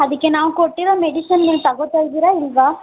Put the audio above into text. ಅದಕ್ಕೆ ನಾವು ಕೊಟ್ಟಿರೋ ಮೆಡಿಸಿನ್ ನೀವು ತಗೋತಾ ಇದ್ದೀರಾ ಇಲ್ಲವಾ